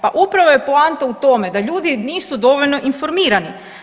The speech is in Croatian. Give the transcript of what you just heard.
Pa upravo je poanta u tome da ljudi nisu dovoljno informirani.